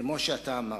כמו שאתה אמרת.